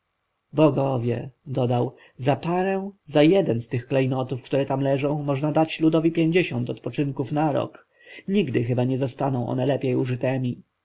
dodał za parę za jeden z tych klejnotów które tam leżą można dać ludowi pięćdziesiąt odpoczynków na rok nigdy chyba nie zostaną one lepiej użytemi